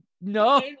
No